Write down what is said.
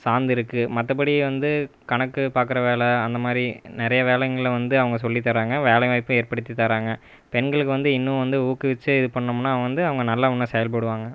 சார்ந்திருக்கு மற்றபடி வந்து கணக்கு பார்க்குற வேலை அந்த மாதிரி நிறைய வேலைகள வந்து அவங்க சொல்லி தர்றாங்க வேலை வாய்ப்பும் ஏற்படுத்தி தர்றாங்க பெண்களுக்கு வந்து இன்னும் வந்து ஊக்குவித்து இது பண்ணோம்னா வந்து அவங்க நல்லா இன்னும் செயல்படுவாங்க